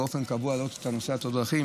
שבאופן קבוע אתה מעלה את נושא תאונות הדרכים,